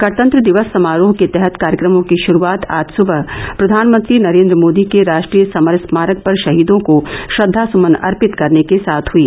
गणतंत्र दिवस समारोह के तहत कार्यक्रमों की श्रूआत आज सुबह प्रधानमंत्री नरेन्द्र मोदी के राष्ट्रीय समर स्मारक पर शहीदों को श्रद्वासुमन अर्पित करने के साथ हई